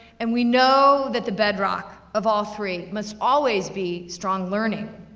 and we know that the bedrock of all three must always be strong learning.